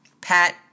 Pat